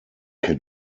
can